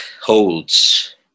holds